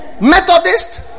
Methodist